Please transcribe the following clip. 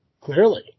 Clearly